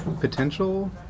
potential